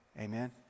Amen